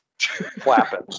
flapping